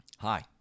Hi